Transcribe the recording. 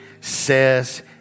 says